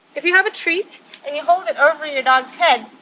if you have a treat and you hold it over your dog's head,